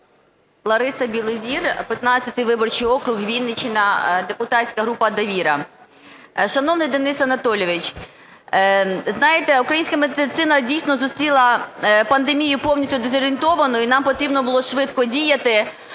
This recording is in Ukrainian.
Лариса Білозір, 15 виборчий округ, Вінниччина, депутатська група "Довіра". Шановний Денисе Анатолійовичу, знаєте, українська медицина дійсно зустріла пандемію повністю дезорієнтованою, і нам потрібно було швидко діяти.